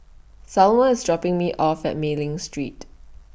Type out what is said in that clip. Selmer IS dropping Me off At Mei Ling Street